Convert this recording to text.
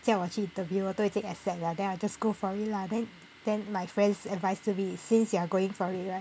叫我去 interview then 我都已经 accept 了 then I just go for it lah then then my friends' advice to me is since you are going for it right